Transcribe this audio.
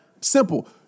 simple